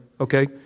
Okay